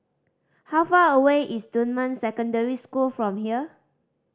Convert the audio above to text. how far away is Dunman Secondary School from here